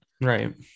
Right